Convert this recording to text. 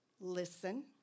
Listen